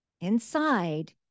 inside